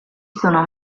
sono